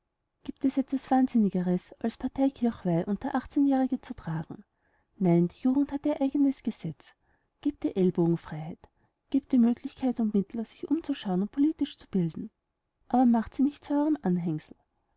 gibt es etwas wahnsinnigeres als die parteikirchweih unter achtzehnjährige zu tragen nein die jugend hat ihr eigenes gesetz gebt ihr ellbogenfreiheit gebt ihr möglichkeit und mittel sich umzuschauen und politisch zu bilden aber macht sie nicht zu eurem anhängsel